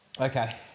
Okay